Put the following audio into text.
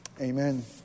Amen